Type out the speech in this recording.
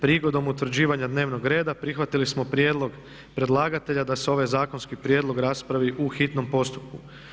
Prigodom utvrđivanja dnevnog reda prihvatili smo prijedlog predlagatelja da se ovaj zakonski prijedlog raspravi u hitnom postupku.